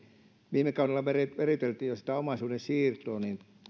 viime kaudella viriteltiin sitä omaisuuden siirtoa